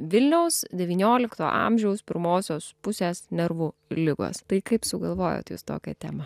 vilniaus devyniolikto amžiaus pirmosios pusės nervų ligos tai kaip sugalvojot jūs tokią temą